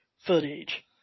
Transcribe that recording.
footage